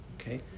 okay